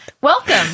welcome